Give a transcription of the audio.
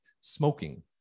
smoking